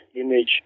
image